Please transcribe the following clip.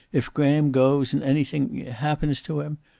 if graham goes, and anything happens to him,